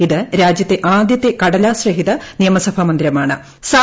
ഇത് രാജ്യത്തെ ആദ്യത്തെ കടലാസ് രഹിത നിയമസഭാ മന്ദിരം ആണ്